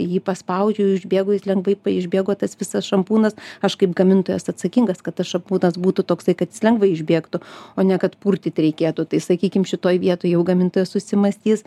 jį paspaudžiu išbėgo jis lengvai p išbėgo tas visas šampūnas aš kaip gamintojas atsakingas kad tas šampūnas būtų toksai kad jis lengvai išbėgtų o ne kad purtyt reikėtų tai sakykim šitoje vietoj jau gamintojas susimąstys